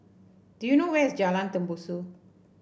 do you know where is Jalan Tembusu